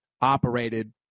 operated